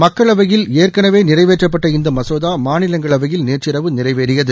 மக்களவையில் ஏற்கனவே நிறைவேற்றப்பட்ட இந்த மசோதா மாநிலங்களவையில் நேற்றிரவு நிறைவேறியது